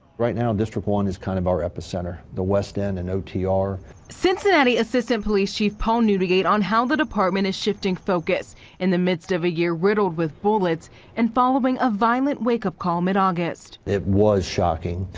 right now. district one is kind of our epicenter, the west end and otr cincinnati assistant police chief paul new ticket on how the department is shifting focus in the midst of a year riddled with bullets and following a violent wake up call mid august, it was shocking.